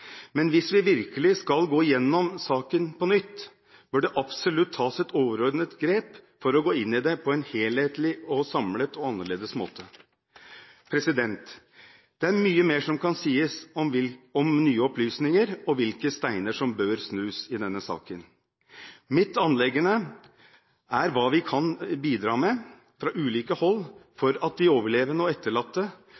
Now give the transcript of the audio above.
Hvis vi virkelig skal gå igjennom saken på nytt, bør det absolutt tas et overordnet grep for å gå inn i det på en helhetlig, samlet og annerledes måte. Det er mye mer som kan sies om nye opplysninger og hvilke steiner som bør snus i denne saken. Mitt anliggende er hva vi fra ulike hold kan bidra med